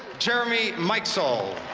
jeremy mikesel